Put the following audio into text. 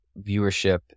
viewership